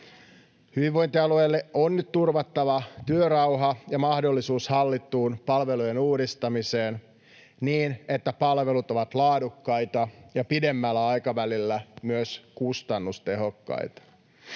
Hyvinvointialueille on nyt turvattava työrauha ja mahdollisuus hallittuun palvelujen uudistamiseen, niin että palvelut ovat laadukkaita ja pidemmällä aikavälillä myös kustannustehokkaita.